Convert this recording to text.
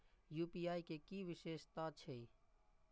UPI के कि विषेशता छै?